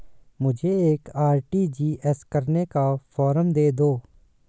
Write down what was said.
मुझे एक आर.टी.जी.एस करने का फारम दे दो?